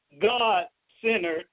God-centered